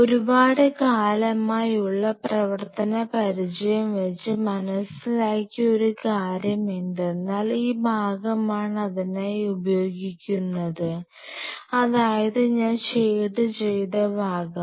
ഒരുപാട് കാലമായി ഉള്ള പ്രവർത്തന പരിചയം വച്ച് മനസ്സിലാക്കിയ ഒരു കാര്യം എന്തെന്നാൽ ഈ ഭാഗമാണ് അതിനായി ഉപയോഗിക്കുന്നത് അതായത് ഞാൻ ഷേഡ് ചെയ്ത ഭാഗം